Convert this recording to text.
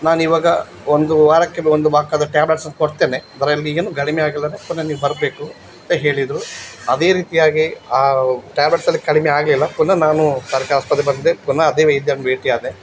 ನಾನಿವಾಗ ಒಂದು ವಾರಕ್ಕೆ ಒಂದು ಟ್ಯಾಬ್ಲೆಟ್ಸನ್ನು ಕೊಡ್ತೇನೆ ಅದರಲ್ಲಿ ಏನು ಕಡಿಮೆ ಆಗಿಲ್ಲ ಅಂದರೆ ಪುನಃ ನೀವು ಬರಬೇಕು ಅಂತ ಹೇಳಿದರು ಅದೇ ರೀತಿಯಾಗಿ ಆ ಟ್ಯಾಬ್ಲೆಟ್ಸಲ್ಲಿ ಕಡಿಮೆ ಆಗಲಿಲ್ಲ ಪುನಃ ನಾನು ಸರ್ಕಾರಿ ಆಸ್ಪತ್ರೆಗೆ ಬಂದೆ ಪುನಃ ಅದೇ ವೈದ್ಯರನ್ನು ಭೇಟಿ ಆದೆ